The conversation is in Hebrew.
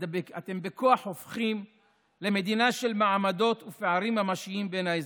אתם בכוח הופכים למדינה של מעמדות ופערים ממשיים בין האזרחים: